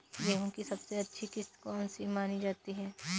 गेहूँ की सबसे अच्छी किश्त कौन सी मानी जाती है?